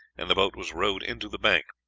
and the boat was rowed into the bank,